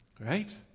Right